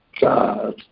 God